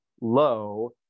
low